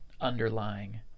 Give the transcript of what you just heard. underlying